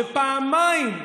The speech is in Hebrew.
ופעמיים,